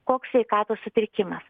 koks sveikatos sutrikimas